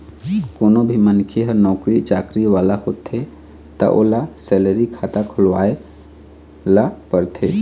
कोनो भी मनखे ह नउकरी चाकरी वाला होथे त ओला सेलरी खाता खोलवाए ल परथे